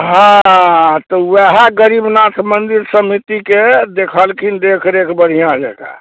हाँ तऽ वएहे गरीबनाथ मन्दिर समितिके देखलखिन देख रेख बढ़िआँ जँकऽ